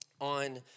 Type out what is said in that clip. on